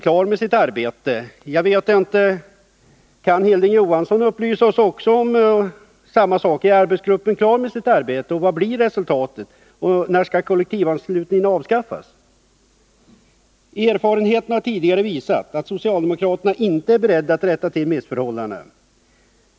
Jag vet inte om Hilding Johansson kan upplysa oss om samma sak: Är arbetsgruppen klar med sitt arbete? Vad blir resultatet? När skall kollektivanslutningen avskaffas? Erfarenheten har tidigare visat att socialdemokraterna inte är beredda att rätta till missförhållandena.